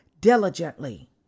diligently